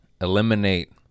Eliminate